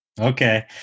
Okay